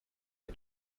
are